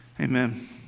Amen